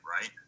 right